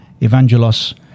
Evangelos